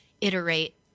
iterate